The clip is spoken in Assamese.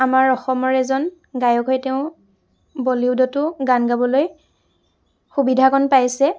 আমাৰ অসমৰ এজন গায়ক হৈ তেওঁ বলীউডতো গান গাবলৈ সুবিধাকণ পাইছে